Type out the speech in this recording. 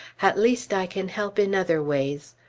at least i can help in other ways.